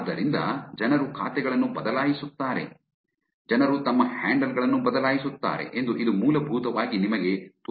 ಆದ್ದರಿಂದ ಜನರು ಖಾತೆಗಳನ್ನು ಬದಲಾಯಿಸುತ್ತಾರೆ ಜನರು ತಮ್ಮ ಹ್ಯಾಂಡಲ್ ಗಳನ್ನು ಬದಲಾಯಿಸುತ್ತಾರೆ ಎಂದು ಇದು ಮೂಲಭೂತವಾಗಿ ನಿಮಗೆ ತೋರಿಸುತ್ತದೆ